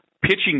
pitching